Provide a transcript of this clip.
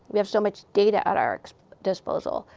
we have so much data at our disposal,